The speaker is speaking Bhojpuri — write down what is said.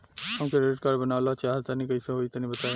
हम क्रेडिट कार्ड बनवावल चाह तनि कइसे होई तनि बताई?